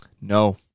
No